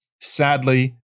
Sadly